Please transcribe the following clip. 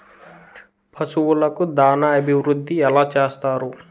పశువులకు దాన అభివృద్ధి ఎలా చేస్తారు?